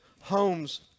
homes